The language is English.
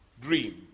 dream